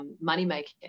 money-making